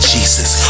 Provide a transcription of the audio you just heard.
Jesus